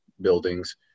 buildings